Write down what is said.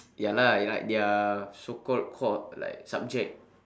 ya lah like their so called core like subject